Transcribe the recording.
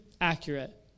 accurate